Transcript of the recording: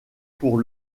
pour